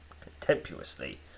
contemptuously